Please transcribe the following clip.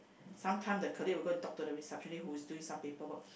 sometime the colleague will go and talk to the receptionist who is doing some paperwork